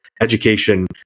education